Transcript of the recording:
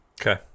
Okay